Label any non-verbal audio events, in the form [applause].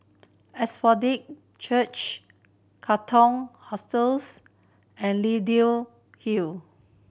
[unintelligible] Church Katong Hostels and Leyden Hill